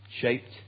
Shaped